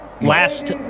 last